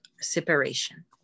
separation